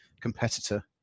competitor